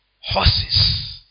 horses